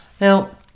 now